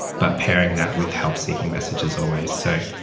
but pairing that with help-seeking messages always. so,